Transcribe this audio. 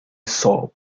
saw